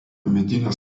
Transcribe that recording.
medinės